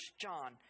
John